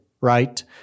right